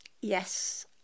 yes